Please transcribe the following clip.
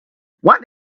why